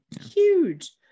huge